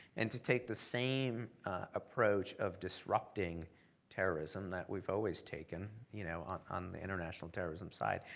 and to take the same approach of disrupting terrorism that we've always taken you know on on the international terrorism side,